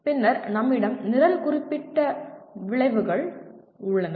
பின்னர் நம்மிடம் நிரல் குறிப்பிட்ட விளைவுகள் உள்ளன